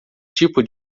tipo